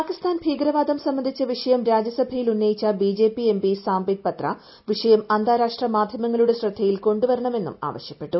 പാകിസ്താൻ ഭീകരപ്പാടം സംബന്ധിച്ച വിഷയം രാജ്യസഭയിൽ ഉന്നയിച്ച ബിജെപി എപ്പി് സാമ്പിത് പത്ര വിഷയം അന്താരാഷ്ട്ര മാധ്യമങ്ങളുടെ ൃശ്ദ്ധയിൽ കൊണ്ടുവരണം എന്ന് ആവശ്യപ്പെട്ടു